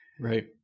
Right